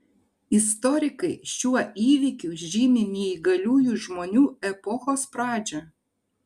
istorikai šiuo įvykiu žymi neįgaliųjų žmonių epochos pradžią